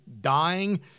dying